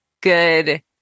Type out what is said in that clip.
good